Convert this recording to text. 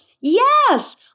Yes